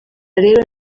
rero